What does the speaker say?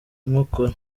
nkokora